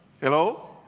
Hello